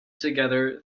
together